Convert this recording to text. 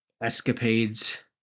escapades